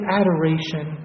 adoration